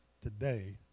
Today